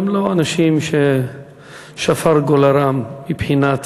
הם לא אנשים ששפר גורלם מבחינת